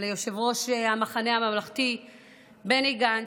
ליושב-ראש המחנה הממלכתי בני גנץ,